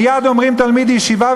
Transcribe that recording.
מייד אומרים: תלמיד ישיבה,